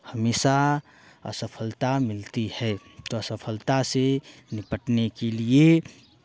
हमेशा असफलता मिलती है तो असफलता से निपटने के लिए